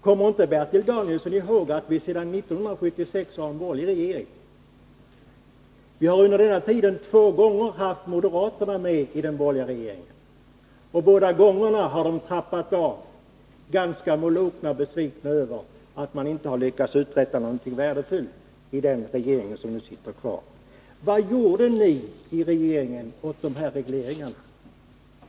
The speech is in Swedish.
Kommer inte Bertil Danielsson ihåg att vi sedan 1976 har en borgerlig regering? Under denna tid NÅ har moderaterna två gånger varit med i den borgerliga regeringen. Båda gångerna har de troppat av, ganska molokna och besvikna över att de inte lyckats uträtta någonting värdefullt i regeringen. Vad gjorde ni i regeringen mot regleringarna?